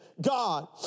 God